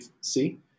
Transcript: see